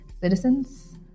citizens